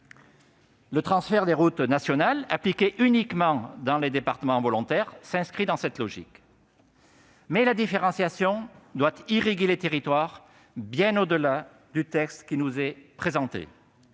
Le transfert des routes nationales, appliqué uniquement dans les départements volontaires, s'inscrit dans cette logique. Mais la différenciation doit irriguer les territoires bien au-delà du texte qui nous est présenté.